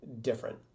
different